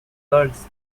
girls